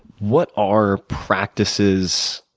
what are practices,